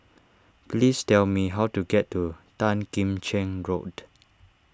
please tell me how to get to Tan Kim Cheng Road